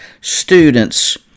students